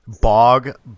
Bog